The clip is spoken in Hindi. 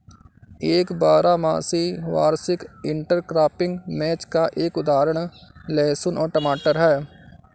एक बारहमासी वार्षिक इंटरक्रॉपिंग मैच का एक उदाहरण लहसुन और टमाटर है